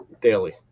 daily